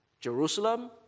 Jerusalem